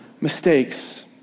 mistakes